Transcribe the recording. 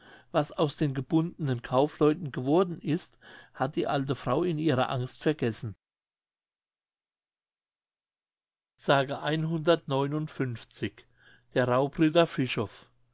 was aus den gebundenen kaufleuten geworden ist hatte die alte frau in ihrer angst vergessen mündlich der raubritter